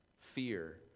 Fear